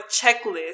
checklist